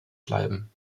bleiben